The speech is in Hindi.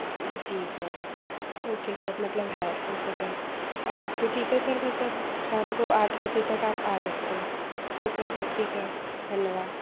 जी सर ओके सर मतलब है ओके सर तो ठीक है सर मतलब शाम को आठ बजे तक आप आ सकते हैं ओके सर जी सर धन्यवाद